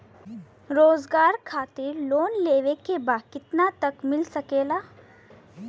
रोजगार खातिर लोन लेवेके बा कितना तक मिल सकेला?